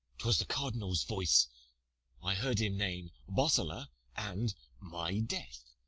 twas the cardinal's voice i heard him name bosola and my death.